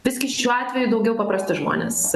visgi šiuo atveju daugiau paprasti žmonės